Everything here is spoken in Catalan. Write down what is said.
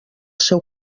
seu